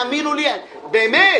האמינו לי, באמת.